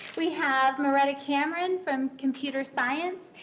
we have marietta cameron from computer science,